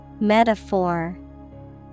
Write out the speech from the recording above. Metaphor